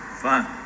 fine